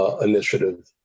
initiative